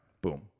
boom